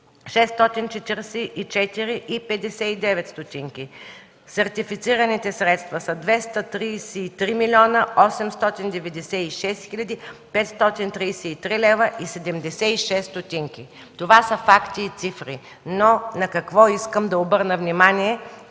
Това са факти и цифри, но на какво искам да обърна внимание,